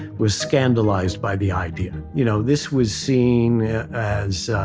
was scandalized by the idea. you know this was seen as,